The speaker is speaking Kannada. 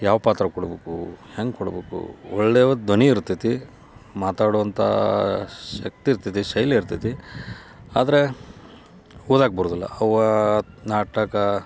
ಯಾವ ಪಾತ್ರ ಕೊಡ್ಬೇಕು ಹೆಂಗೆ ಕೊಡ್ಬೇಕು ಒಳ್ಳೆಯ್ ಧ್ವನಿ ಇರ್ತೈತಿ ಮಾತಾಡುವಂಥ ಶಕ್ತಿ ಇರ್ತತಿ ಶೈಲಿ ಇರ್ತತಿ ಆದರೆ ಓದಕ್ಕೆ ಬರುವುದಿಲ್ಲ ಅವ ನಾಟಕ